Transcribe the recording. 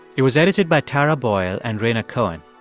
it was edited by tara boyle and rhaina cohen.